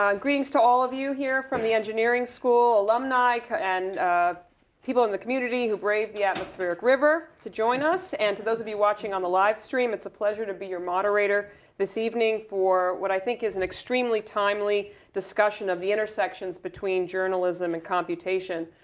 um greetings to all of you here from the engineering school, alumni and people in the community who braved the atmospheric river to join us. and to those of you watching us on the live stream, it's a pleasure to be your moderator this evening for what i think is an extremely timely discussion of the intersections between journalism and computation.